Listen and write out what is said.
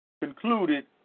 concluded